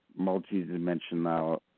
multidimensional